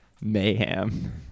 mayhem